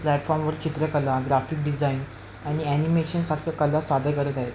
प्लॅटफॉर्मवर चित्रकला graphic design आणि ॲनिमेशनसारखं कला सादर करत आहे